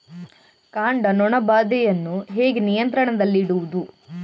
ಕಾಂಡ ನೊಣ ಬಾಧೆಯನ್ನು ಹೇಗೆ ನಿಯಂತ್ರಣದಲ್ಲಿಡುವುದು?